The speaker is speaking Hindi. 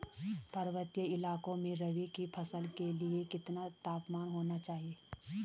पर्वतीय इलाकों में रबी की फसल के लिए कितना तापमान होना चाहिए?